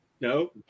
No